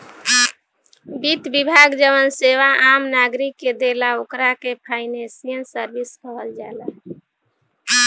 वित्त विभाग जवन सेवा आम नागरिक के देला ओकरा के फाइनेंशियल सर्विस कहल जाला